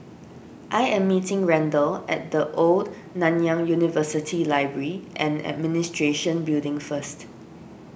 I am meeting Randle at the Old Nanyang University Library and Administration Building first